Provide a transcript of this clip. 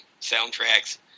soundtracks